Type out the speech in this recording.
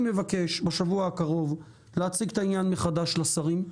אני מבקש בשבוע הקרוב להציג את העניין מחדש לשרים.